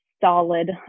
solid